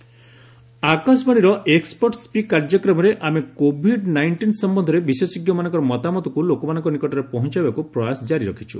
ଏକ୍ନପଟ୍ speak ଆକାଶବାଣୀର expert speak କାର୍ଯ୍ୟକ୍ରମରେ ଆମେ କୋଭିଡ୍ ନାଇଷ୍ଟିନ୍ ସମ୍ଭନ୍ଧରେ ବିଶେଷଜ୍ଞମାନଙ୍କର ମତାମତକୁ ଲୋକମାନଙ୍କ ନିକଟରେ ପହଞ୍ଚାଇବାକୁ ପ୍ରୟାସ କାରି ରଖିଛି